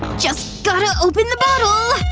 just gotta open the bottle,